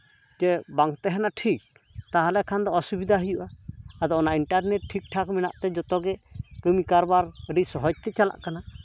ᱡᱮ ᱵᱟᱝ ᱛᱟᱦᱮᱱᱟ ᱴᱷᱤᱠ ᱛᱟᱦᱚᱞᱮ ᱠᱷᱟᱱ ᱫᱚ ᱚᱥᱩᱵᱤᱫᱟ ᱦᱩᱭᱩᱜᱼᱟ ᱟᱫᱚ ᱚᱱᱟ ᱤᱱᱴᱟᱨᱱᱮᱴ ᱴᱷᱤᱠᱼᱴᱷᱟᱠ ᱢᱮᱱᱟᱜ ᱛᱮ ᱡᱚᱛᱚ ᱜᱮ ᱠᱟᱹᱢᱤ ᱠᱟᱨᱵᱟᱨ ᱟᱹᱰᱤ ᱥᱚᱦᱚᱡ ᱛᱮ ᱪᱟᱞᱟᱜ ᱠᱟᱱᱟ